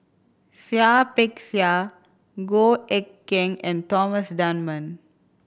Seah Peck Seah Goh Eck Kheng and Thomas Dunman